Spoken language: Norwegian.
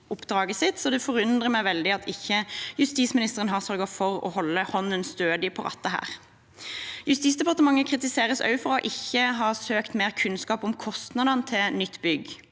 Det forundrer meg veldig at justisministeren ikke har sørget for å holde hånden stødig på rattet her. Justisdepartementet kritiseres også for ikke å ha søkt mer kunnskap om kostnadene til nytt bygg.